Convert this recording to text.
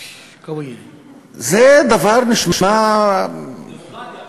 פשש, זה דבר שנשמע, דמוקרטיה.